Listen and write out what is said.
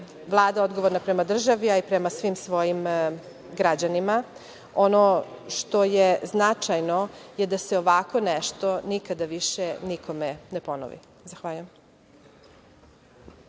Vlada odgovorna prema državi, ali i prema svim svojim građanima. Ono što je značajno je da se ovako nešto nikada više nikome ne ponovi. Zahvaljujem.